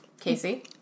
Casey